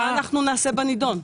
מה אנחנו נעשה בנידון?